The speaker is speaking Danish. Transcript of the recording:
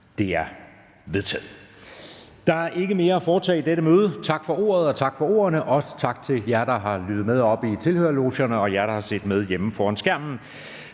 (Jeppe Søe): Der er ikke mere at foretage i dette møde. Tak for ordet og tak for ordene, og også tak til jer, der har lyttet med oppe i tilhørerlogerne, og til jer, der har set med hjemme foran skærmen.